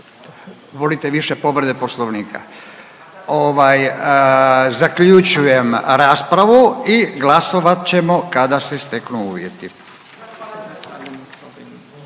volite više povrede Poslovnika. Ovaj zaključujem raspravu i glasovat ćemo kada se steknu uvjeti.